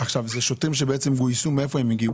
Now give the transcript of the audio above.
מאיפה הגיעו